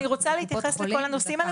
אני רוצה להתייחס לכל הנושאים האלה